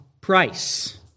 price